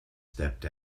stepped